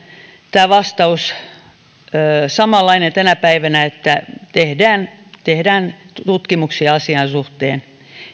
tämä vastaus on samanlainen vielä tänä päivänä että tehdään tehdään tutkimuksia asian suhteen